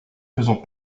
faisant